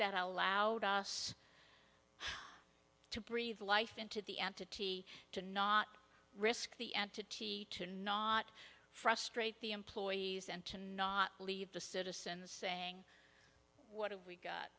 that allowed us to breathe life into the entity to not risk the entity to not frustrate the employees and to not leave the citizens saying what have we got